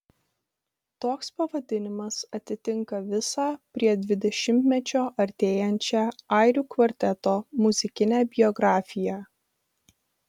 toks pavadinimas atitinka visą prie dvidešimtmečio artėjančią airių kvarteto muzikinę biografiją